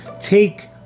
take